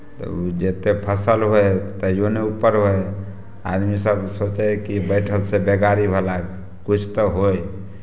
तऽ ओ जतेक फसल होइ हइ तैओ नहि ऊपर होइ हइ आदमीसभ सोचै हइ कि बैठक से बेगारी भला किछु तऽ होय